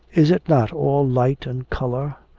is it not all light and colour?